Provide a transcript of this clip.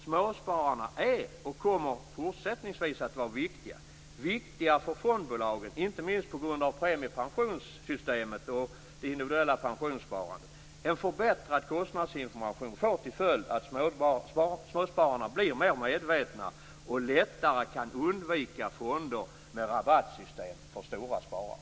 Småspararna är och kommer även fortsättningsvis att vara viktiga för fondbolagen, inte minst på grund av premiepensionssystemet och det individuella pensionssparandet. En förbättrad kostnadsinformation får till följd att småspararna blir mer medvetna och lättare kan undvika fonder med rabattsystem för stora sparare.